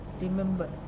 Remember